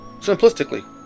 Simplistically